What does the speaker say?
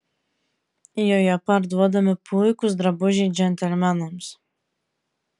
joje parduodami puikūs drabužiai džentelmenams